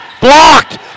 Blocked